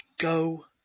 Go